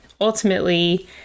ultimately